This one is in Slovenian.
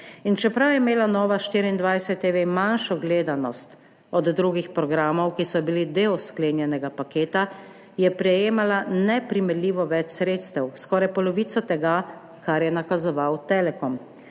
Čeprav je imela Nova24TV manjšo gledanost od drugih programov, ki so bili del sklenjenega paketa, je prejemala neprimerljivo več sredstev, skoraj polovico tega, kar je nakazoval Telekom.